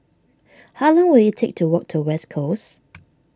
how long will it take to walk to West Coast